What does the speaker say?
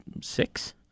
six